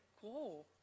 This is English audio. cool